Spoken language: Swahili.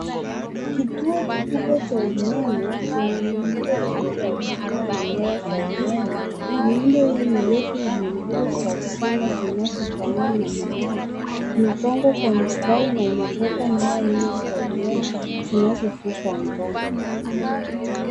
Kituo kikubwa cha umeme chenye miundo mingi ya chuma na nyaya za umeme. Miundo hii ni refu iliyo nguzo za chuma zinazofanana na minara, imepangwa kwa mstari na inabeba nyaya nyingi za umeme zinazovuka angani.